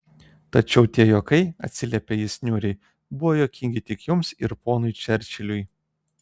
tačiau tie juokai atsiliepė jis niūriai buvo juokingi tik jums ir ponui čerčiliui